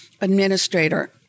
administrator